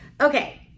okay